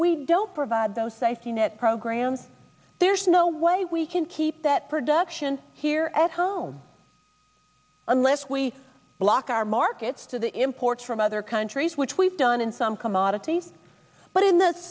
we don't provide those safety net programs there's no way we can keep that production here at home unless we lock our markets to the imports from other countries which we've done in some commodities but in th